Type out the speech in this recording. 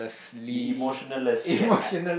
you emotionless yes I